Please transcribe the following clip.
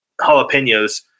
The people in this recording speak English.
jalapenos